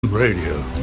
Radio